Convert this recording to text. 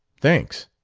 thanks.